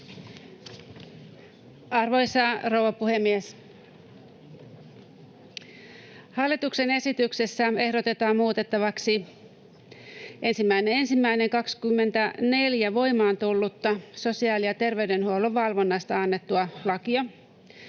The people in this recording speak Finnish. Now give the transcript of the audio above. Arvoisa rouva puhemies! Hallituksen esityksessä ehdotetaan muutettavaksi 1.1.24 voimaan tullutta sosiaali- ja terveydenhuollon valvonnasta annettua lakia.